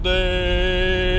day